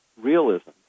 realism